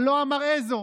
אבל לא אמר איזו,